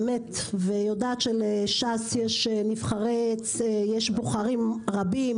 ואני יודעת שלש"ס יש בוחרים רבים,